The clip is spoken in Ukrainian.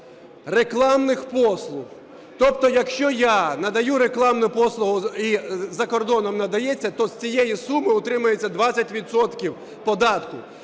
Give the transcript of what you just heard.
рекламних послуг. Тобто якщо я надаю рекламну послугу і за кордоном надається, то з цієї суми утримується 20 відсотків